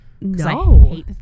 No